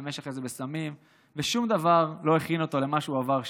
השתמש אחרי זה בסמים ושום דבר לא הכין אותו למה שהוא עבר שם.